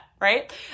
right